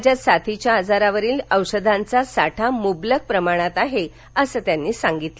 राज्यात साथीच्या आजारांवरील औषधांचा साठा मुबलक प्रमाणात आहे असं ते म्हणाले